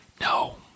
No